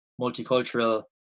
multicultural